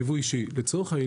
ייבוא אישי מופיע